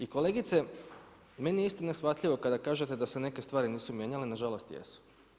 I kolegice meni je isto neshvatljivo kada kažete da se neke stvari nisu mijenjale, nažalost jesu.